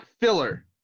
filler